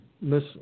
Miss